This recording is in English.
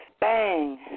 bang